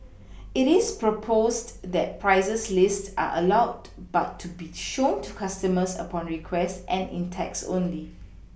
it is proposed that prices list are allowed but to be shown to customers upon request and in text only